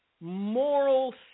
moral